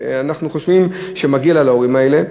ואנחנו חושבים שמגיע להורים האלה.